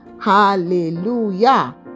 Hallelujah